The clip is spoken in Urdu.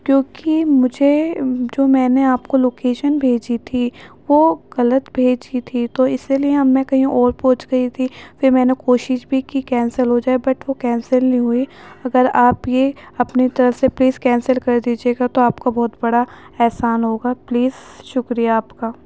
کیونکہ مجھے جو میں نے آپ کو لوکیشن بھیجی تھی وہ غلط بھیجی تھی تو اسی لیے اب میں کہیں اور پہنچ گئی تھی پھر میں نے کوشش بھی کی کہ کینسل ہو جائے بٹ وہ کینسل نہیں ہوئی اگر آپ یہ اپنی طرف سے پلیز کینسل کر دیجیے گا تو آپ کا بہت بڑا احسان ہوگا پلیز شکریہ آپ کا